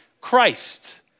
Christ